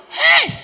hey